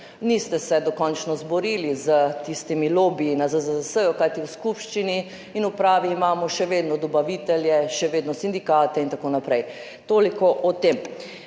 Niste se dokončno izborili s tistimi lobiji na ZZZS, kajti v skupščini in upravi imamo še vedno dobavitelje, še vedno sindikate in tako naprej. Toliko o tem.